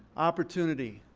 opportunity,